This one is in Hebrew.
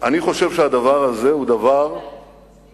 אני חושב שהדבר הזה הוא דבר שמתחיל,